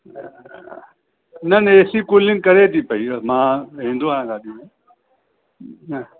न न AC cooling करे थी पई मां ईंदो आहियां गाॾी में न